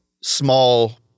small